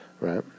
Right